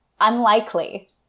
unlikely